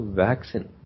vaccine